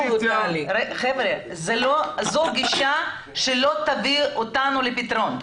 זאת גישה שלא תביא אותנו לפתרון.